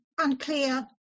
unclear